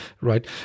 right